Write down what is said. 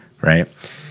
right